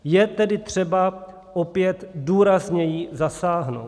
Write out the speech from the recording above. Je tedy třeba opět důrazněji zasáhnout.